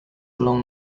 along